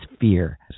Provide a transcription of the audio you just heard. fear